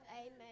Amen